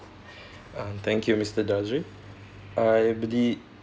um thank you mister dhatri I believe